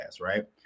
right